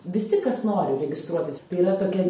visi kas nori registruotis tai yra tokia